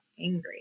angry